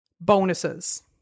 bonuses